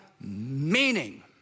meaning